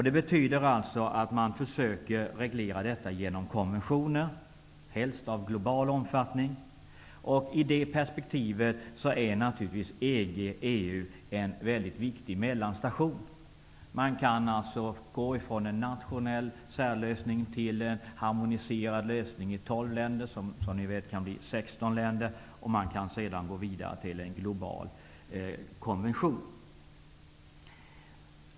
Det betyder alltså att man försöker reglera detta genom konventioner, helst av global omfattning. I det perspektivet är naturligtvis EG/EU en mycket viktig mellanstation. Man kan gå från en nationell särlösning till en harmoniserad lösning i 12 länder som, vilket ni vet, kan bli 16 länder. Man kan sedan gå vidare till en global konvention.